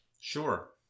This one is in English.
Sure